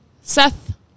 Seth